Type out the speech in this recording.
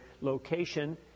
location